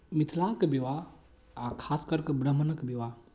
मिथिलाके विवाह आ खास करि कऽ ब्राह्मणक विवाह